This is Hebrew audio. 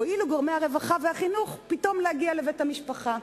הואילו גורמי הרווחה והחינוך פתאום להגיע לבית המשפחה.